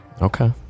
okay